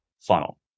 funnel